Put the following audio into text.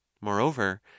moreover